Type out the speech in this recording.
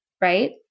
Right